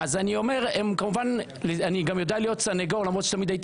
אז אני גם יודע להיות סניגור למרות שהייתי